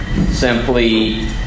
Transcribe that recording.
simply